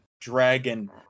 dragon